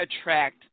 attract